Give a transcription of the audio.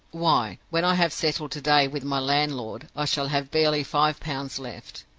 why, when i have settled to-day with my landlord, i shall have barely five pounds left!